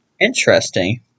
Interesting